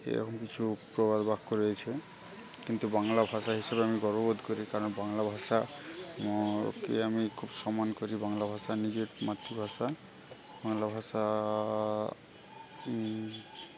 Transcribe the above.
এরকম কিছু প্রবাদ বাক্য রয়েছে কিন্তু বাংলা ভাষা হিসেবে আমি গর্ববোধ করি কারণ বাংলা ভাষা কে আমি খুব সম্মান করি বাংলা ভাষা নিজের মাতৃভাষা বাংলা ভাষা